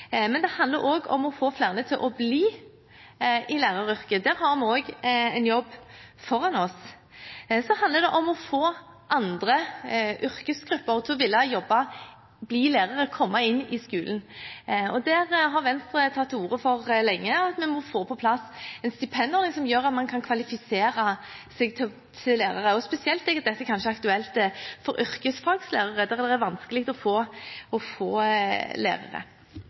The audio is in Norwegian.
men det handler også om å få flere til å bli i læreryrket. Der har vi også en jobb foran oss. Så handler det om å få andre yrkesgrupper til å ville bli lærere og komme inn i skolen. Venstre har lenge tatt til orde for at vi må få på plass en stipendordning som gjør at man kan kvalifisere seg til lærer. Spesielt er dette kanskje aktuelt for yrkesfag, der det er vanskelig å få